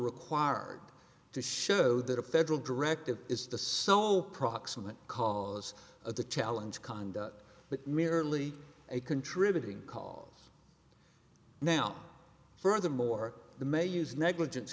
required to show that a federal directive is the sole proximate cause of the challenge conduct but merely a contributing cause now furthermore the may use negligence